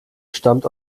stammt